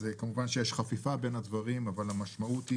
כמובן שיש חפיפה בין הדברים אבל המשמעות היא,